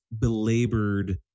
belabored